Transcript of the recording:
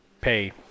pay